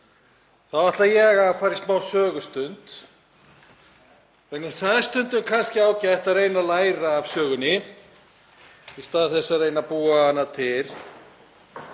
þá ætla ég að fara í smá sögustund vegna þess að það er stundum ágætt að reyna að læra af sögunni í stað þess að reyna að búa hana til.